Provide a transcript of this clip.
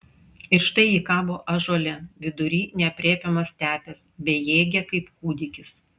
ir štai ji kabo ąžuole vidury neaprėpiamos stepės bejėgė kaip kūdikis